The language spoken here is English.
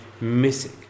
missing